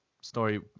story